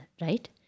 right